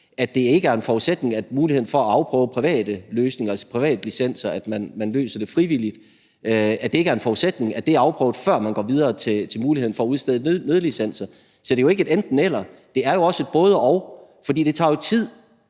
at det i forhold til muligheden for at afprøve private løsninger, altså privatlicenser, at man løser det frivilligt, ikke er en forudsætning, at det er afprøvet, før man går videre til muligheden for at udstede nødlicenser. Så det er jo ikke et enten-eller, det er også et både-og, for det tager jo tid.